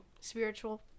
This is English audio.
spiritual